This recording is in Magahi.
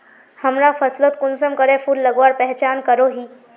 हमरा फसलोत कुंसम करे फूल लगवार पहचान करो ही?